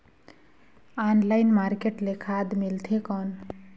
Online market ले खाद मिलथे कौन?